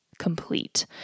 complete